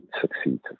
succeed